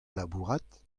labourat